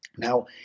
Now